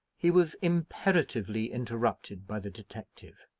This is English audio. he was imperatively interrupted by the detective.